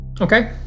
Okay